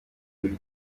buri